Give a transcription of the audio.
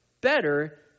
better